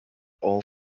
all